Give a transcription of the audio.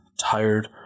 tired